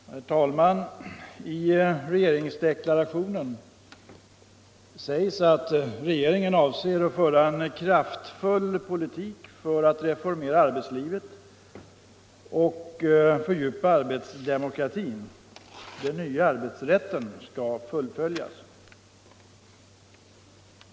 Herr talman! I regeringsdeklarationen sägs att regeringen avser att föra en kraftfull politik för att reformera arbetslivet och fördjupa arbetsde mokratin. Den nya arbetsrätten skall fullföljas.